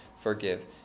forgive